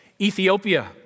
Ethiopia